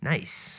Nice